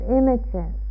images